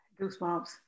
goosebumps